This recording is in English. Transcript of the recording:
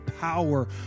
power